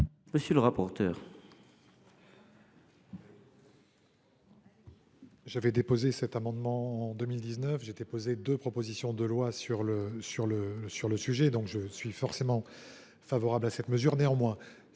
monsieur les rapporteurs,